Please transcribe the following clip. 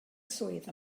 swydd